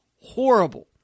Horrible